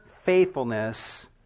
faithfulness